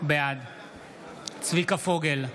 בעד צביקה פוגל,